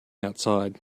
outside